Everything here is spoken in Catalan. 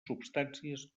substàncies